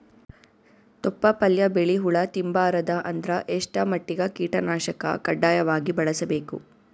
ತೊಪ್ಲ ಪಲ್ಯ ಬೆಳಿ ಹುಳ ತಿಂಬಾರದ ಅಂದ್ರ ಎಷ್ಟ ಮಟ್ಟಿಗ ಕೀಟನಾಶಕ ಕಡ್ಡಾಯವಾಗಿ ಬಳಸಬೇಕು?